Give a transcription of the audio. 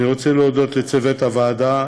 אני רוצה להודות לצוות הוועדה: